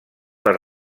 per